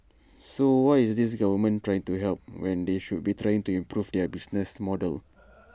so why is this government trying to help when they should be trying to improve their business model